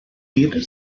dir